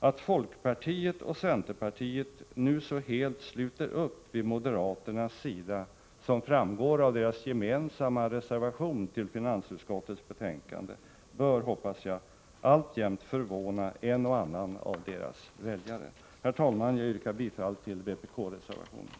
Att folkpartiet och centerpartiet nu så helt sluter upp vid moderaternas sida — som framgår av deras gemensamma reservation till finansutskottets betänkande — bör, hoppas jag, alltjämt förvåna en och annan av deras väljare. Herr talman! Jag yrkar bifall till vpk-reservationen.